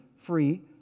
free